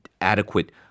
adequate